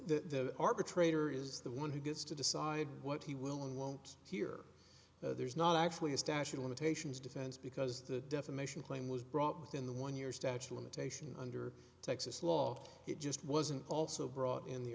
the arbitrator is the one who gets to decide what he will and won't hear that there's not actually a stash of limitations defense because the defamation claim was brought within the one year statute limitation under texas law it just wasn't also brought in the